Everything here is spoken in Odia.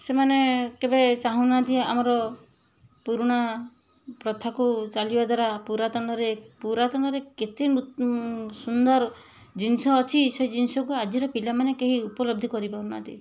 ସେମାନେ କେବେ ଚାହୁଁ ନାହାଁନ୍ତି ଆମର ପୁରୁଣା ପ୍ରଥାକୁ ଚାଲିବା ଦ୍ବାରା ପୁରାତନରେ ପୁରାତନରେ କେତେ ସୁନ୍ଦର ଜିନିଷ ଅଛି ସେ ଜିନିଷକୁ ଆଜିର ପିଲା ମାନେ କେହି ଉପଲବ୍ଧି କରିପାରୁନାହାଁନ୍ତି